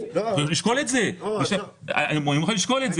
אחרים שאני לא יודע כמה השקעתם בהם מחשבה,